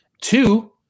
Two